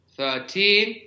Thirteen